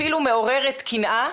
אפילו מעוררת קנאה,